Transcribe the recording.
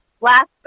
last